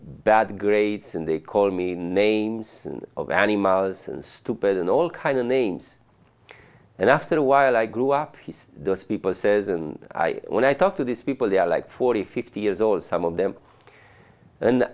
bad grades and they called me names of animals and stupid and all kinds of names and after a while i grew up here those people says and when i talk to these people they are like forty fifty years old some of them and